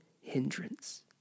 hindrance